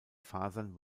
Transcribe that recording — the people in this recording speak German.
fasern